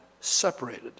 separated